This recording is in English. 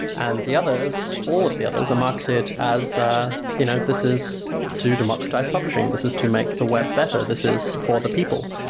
and the others, all of the others are marketed as ah you know this is to democratize publishing, this is to make the web better, this is for the people,